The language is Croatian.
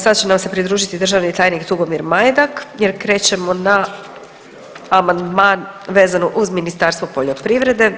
Sad će nam se pridružiti državni tajnik Tugomir Majdak jer krećemo na amandman vezano uz Ministarstvo poljoprivrede.